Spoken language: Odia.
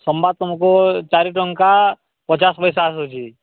ସମ୍ବାଦ ତୁମକୁ ଚାରିଟଙ୍କା ପଚାଶ ପଇସା ଆସୁଛି